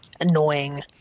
annoying